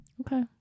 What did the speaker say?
Okay